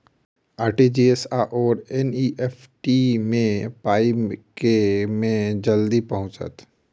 RTGS आओर NEFT मे पाई केँ मे जल्दी पहुँचत?